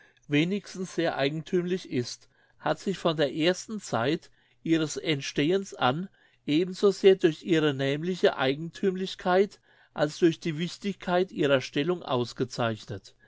wenigstens sehr eigenthümlich ist hat sich von der ersten zeit ihres entstehens an eben so sehr durch diese nämliche eigenthümlichkeit als durch die wichtigkeit ihrer stellung ausgezeichnet